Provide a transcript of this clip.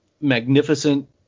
magnificent